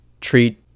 treat